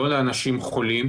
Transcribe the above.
לא לאנשים חולים,